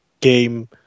game